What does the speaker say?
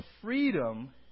freedom